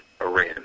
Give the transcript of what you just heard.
Iran